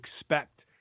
expect